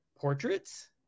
portraits